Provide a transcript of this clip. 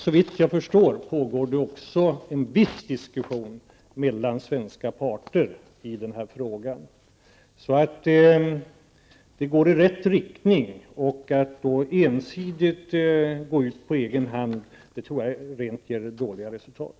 Såvitt jag förstår pågår det också en viss diskussion mellan svenska parter i den här frågan. Det går alltså i rätt riktning. Att då ensidigt gå ut på egen hand tror jag ger dåligt resultat.